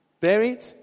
buried